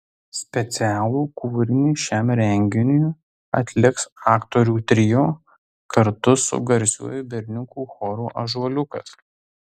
specialų kūrinį šiam renginiui atliks aktorių trio kartu su garsiuoju berniukų choru ąžuoliukas